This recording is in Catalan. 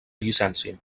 llicència